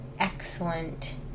excellent